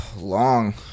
Long